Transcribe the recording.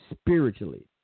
spiritually